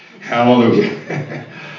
hallelujah